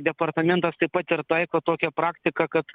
departamentas taip pat ir taiko tokią praktiką kad